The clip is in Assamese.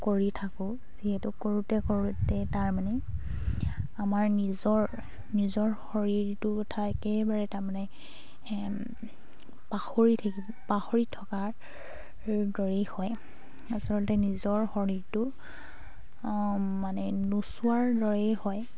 কৰি থাকোঁ যিহেতু কৰোঁতে কৰোঁতে তাৰমানে আমাৰ নিজৰ নিজৰ শৰীৰটো কথা একেবাৰে তাৰমানে পাহৰি থাকিব পাহৰি থকাৰ দৰেই হয় আচলতে নিজৰ শৰীৰটো মানে নোচোৱাৰ দৰেই হয়